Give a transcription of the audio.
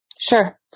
Sure